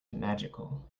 magical